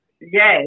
Yes